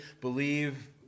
believe